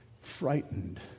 frightened